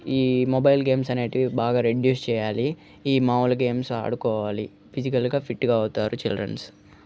ఈ mobile games అనేటివి బాగా రెడ్యూస్ చేయాలి ఈ మాములు గేమ్స్ ఆడుకోవాలి ఫిజికల్గా ఫిట్గా అవుతారు చిల్డ్రన్